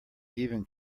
even